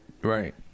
Right